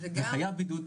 וחייב בבידוד,